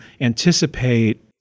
anticipate